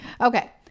Okay